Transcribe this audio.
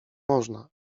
można